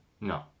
No